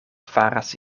faras